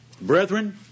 Brethren